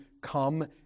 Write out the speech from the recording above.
come